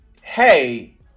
hey